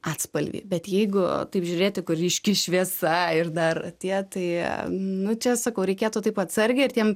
atspalvį bet jeigu taip žiūrėti kur ryški šviesa ir dar tie tai nu čia sakau reikėtų taip atsargiai ir tiem